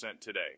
today